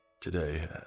Today